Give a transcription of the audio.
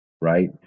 right